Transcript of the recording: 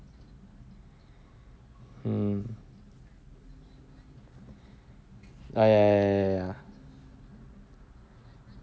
hmm ya ya ya